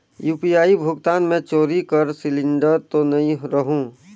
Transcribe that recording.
UPI भुगतान मे चोरी कर सिलिंडर तो नइ रहु?